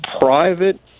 private